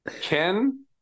ken